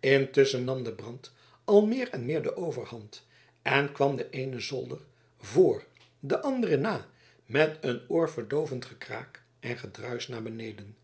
intusschen nam de brand al meer en meer de overhand en kwam de eene zolder voor de andere na met een oorverdoovend gekraak en gedruisch naar beneden